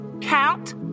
count